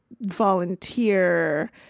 volunteer